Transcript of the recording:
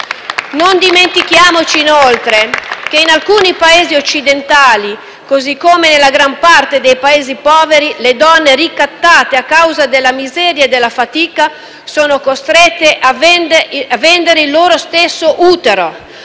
Non dimentichiamoci inoltre che in alcuni Paesi occidentali, così come nella gran parte dei Paesi poveri, le donne, ricattate a causa della miseria e della fatica, sono costrette a vendere il loro stesso utero,